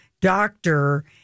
doctor